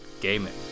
gaming